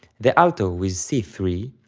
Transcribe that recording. the alto with c three,